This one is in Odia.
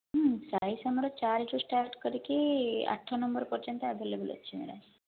ସାଇଜ ଆମର ଚାରି ରୁ ଷ୍ଟାର୍ଟ କରିକି ଆଠ ନମ୍ବର ପର୍ଯ୍ୟନ୍ତ ଆଭେଲେବୁଲ ଅଛି ମ୍ୟାଡ଼ାମ